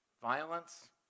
Violence